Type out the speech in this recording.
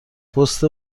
پست